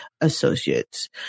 associates